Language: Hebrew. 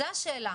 זו השאלה.